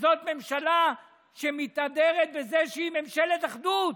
וזאת ממשלה שמתהדרת בזה שהיא ממשלת אחדות,